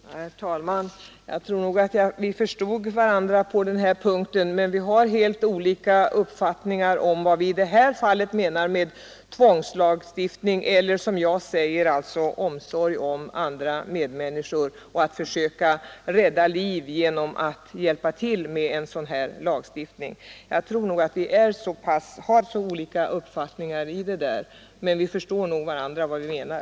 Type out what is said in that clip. Herr talman! Jag tror att vi förstod varandra, men vi har i det här fallet helt olika uppfattningar om vad som är tvångslagstiftning eller, som jag ser det, omsorg om medmänniskorna och en vilja att försöka rädda liv genom att hjälpa till med en lagstiftning. Vi har alltså skilda åsikter här, men vi förstår nog vad den andre menar.